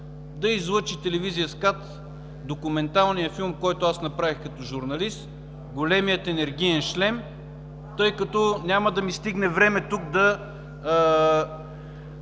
да излъчи по телевизията документалния филм, който аз направих като журналист „Големият енергиен шлем“, тъй като няма да ми стигне времето да